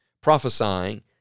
prophesying